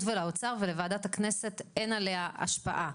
ולמשרד האוצר ולוועדת הכנסת אין עליה השפעה.